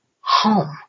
home